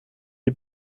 die